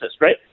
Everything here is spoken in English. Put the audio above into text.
right